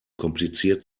kompliziert